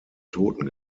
toten